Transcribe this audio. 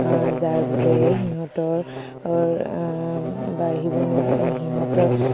যাৰ বাবে সিহঁতৰ বাঢ়িব নোৱাৰে সিহঁতৰ